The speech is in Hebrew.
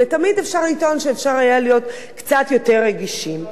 תמיד אפשר לטעון שאפשר היה להיות קצת יותר רגישים.